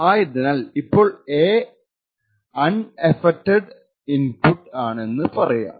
ആയതിനാൽ ഇപ്പോൾ a unaffecting input ആണെന്ന് പറയാം